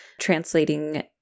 translating